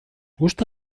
gusta